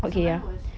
so mine worse